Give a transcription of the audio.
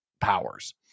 powers